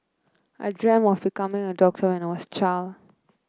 I dreamt of becoming a doctor when I was a child